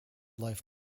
life